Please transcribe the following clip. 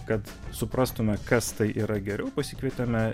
kad suprastume kas tai yra geriau pasikvietėme